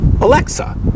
Alexa